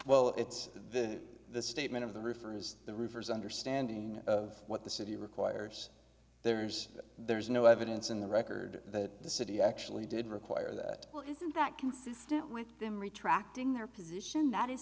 well it's this the statement of the refers to the rivers understanding of what the city requires there's there's no evidence in the record that the city actually did require that well isn't that consistent with them retracting their position that is